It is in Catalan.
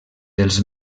dels